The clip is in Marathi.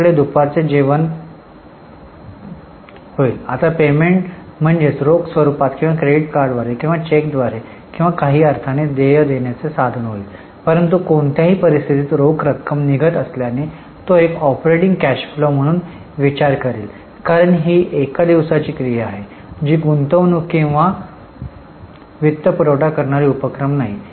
आपल्याकडे दुपारचे जेवण होईल आता पेमेंट म्हणजेच रोख स्वरूपात किंवा क्रेडिट कार्ड द्वारे किंवा चेक द्वारे किंवा काही अर्थाने देय देण्याचे साधन होईल परंतु कोणत्याही परिस्थितीत रोख रक्कम निघत असल्याने तो एक ऑपरेटिंग कॅश फ्लो म्हणून विचार करेल कारण ही एक दिवसाची क्रिया आहे जी गुंतवणूक किंवा वित्तपुरवठा करणारी उपक्रम नाही